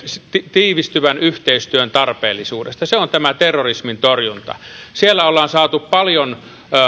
tiivistyvän yhteistyön tarpeellisuudesta se on tämä terrorismin torjunta siellä ollaan saatu paljon